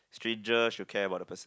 stranger she will care about the person